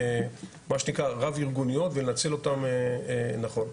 מה שנקרא רב-ארגוניות ולנצל אותן נכון.